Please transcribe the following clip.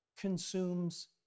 consumes